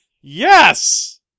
yes